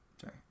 Sorry